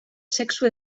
sexu